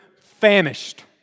famished